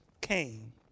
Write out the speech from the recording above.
came